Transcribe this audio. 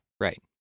right